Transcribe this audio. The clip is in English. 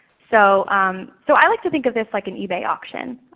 so so i like to think of this like an ebay auction.